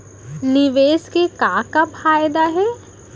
निवेश के का का फयादा हे?